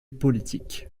politique